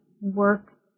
work